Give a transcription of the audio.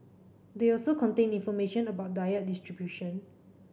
they also contain information about diet distribution